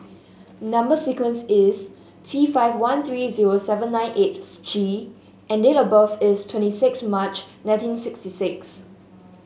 number sequence is T five one three zero seven nine eight G and date of birth is twenty six March nineteen sixty six